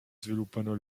sviluppano